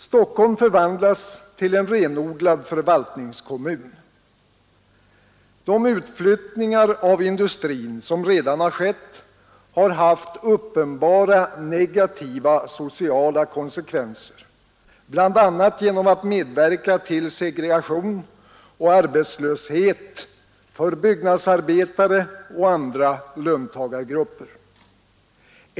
Stockholm håller på att förvandlas till en renodlad förvaltningskommun, De utflyttningar av industrin som redan har skett har haft uppenbara negativa sociala konsekvenser, bl.a. genom att medverka till segregation och till arbetslöshet för byggnadsarbetare och andra löntagargrupper.